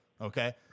Okay